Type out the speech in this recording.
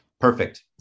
Perfect